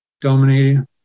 dominating